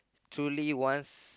truly wants